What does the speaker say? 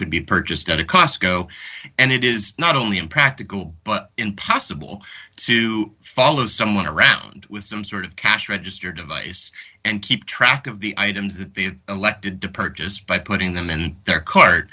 could be purchased at a cost go and it is not only impractical but impossible to follow someone around with some sort of cash register device and keep track of the items that being elected to purchase by putting them in their cart